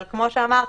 אבל כמו שאמרתי,